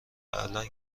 الان